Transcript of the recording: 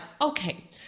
okay